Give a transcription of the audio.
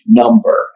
number